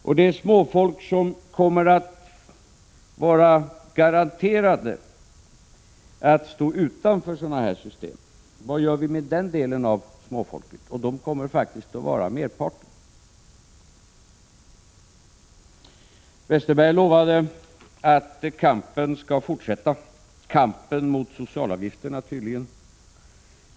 Och vad gör vi med den del av småfolket som garanterat kommer att stå utanför sådana här system? Dessa personer kommer faktiskt att vara merparten. Westerberg lovade att kampen skall fortsätta — tydligen kampen mot socialavgifterna.